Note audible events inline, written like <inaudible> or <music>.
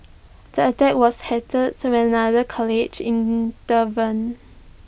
the attack was <unintelligible> when another colleague intervened